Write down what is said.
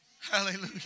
hallelujah